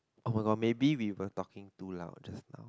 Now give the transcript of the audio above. oh maybe we were talking too loud just now